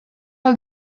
els